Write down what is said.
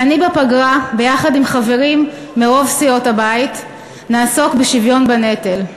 ובפגרה אני וחברים מרוב סיעות הבית נעסוק בשוויון בנטל.